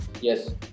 Yes